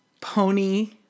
Pony